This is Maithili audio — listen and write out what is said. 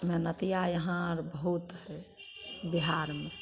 मेहनतिआ यहाँ आर बहुत हय बिहारमे